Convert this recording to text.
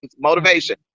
Motivation